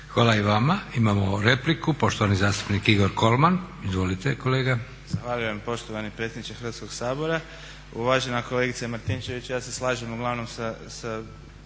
Hvala i vama. Imamo repliku. Poštovani zastupnik Igor Kolman. Izvolite kolega. **Kolman, Igor (HNS)** Zahvaljujem poštovani predsjedniče Hrvatskoga sabora. Uvažena kolegice Martinčević ja se slažem uglavnom sa